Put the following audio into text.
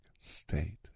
state